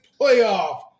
playoff